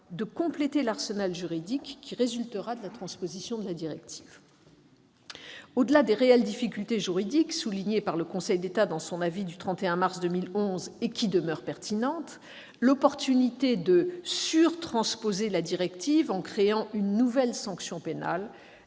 de compléter l'arsenal juridique qui résultera de la transposition de la directive. Au-delà des réelles difficultés juridiques soulignées par le Conseil d'État dans son avis du 31 mars 2011, et qui demeurent pertinentes, l'opportunité de surtransposer la directive en créant une nouvelle sanction pénale